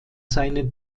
seine